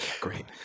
Great